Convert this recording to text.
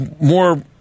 more